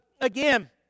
again